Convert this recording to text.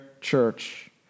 church